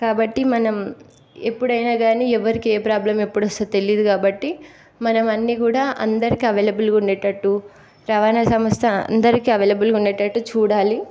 కాబట్టి మనం ఎప్పుడైనా కానీఎవరికి ఏ ప్రాబ్లం ఎప్పుడు వస్తుంది తెలీదు కాబట్టి మనం అన్నీ కూడా అందరికి అవైలబుల్గా ఉండేటట్టు రవాణా సంస్థ అందరికి అవైలబుల్గా ఉండేటట్టు చూడాలి